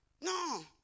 No